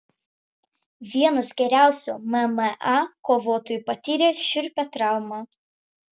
vienas geriausių mma kovotojų patyrė šiurpią traumą